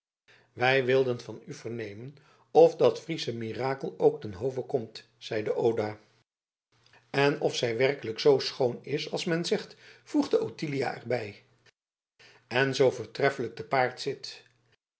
wij wilden van u vernemen of dat friesche mirakel ook ten hove komt zeide oda en of zij waarlijk zoo schoon is als men zegt voegde ottilia er bij en zoo voortreffelijk te paard zit